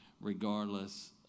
regardless